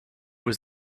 was